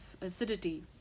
acidity